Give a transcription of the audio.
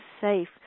safe